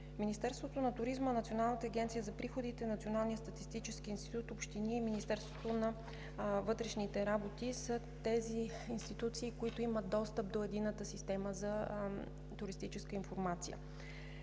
Министерството на туризма, Националната агенция за приходите, Националният статистически институт, общини и Министерството на вътрешните работи са тези институции, които имат достъп до Единната система за туристическа информация.